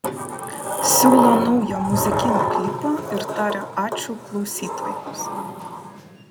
siūlo naują muzikinį klipą ir taria ačiū klausytojams